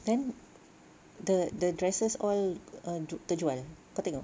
then the the dresses all ah terjual kau tengok